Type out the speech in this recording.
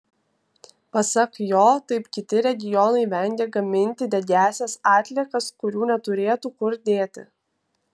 pasak jo taip kiti regionai vengia gaminti degiąsias atliekas kurių neturėtų kur dėti